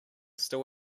still